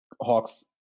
Hawks